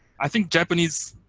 i think japanese